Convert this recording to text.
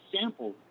sample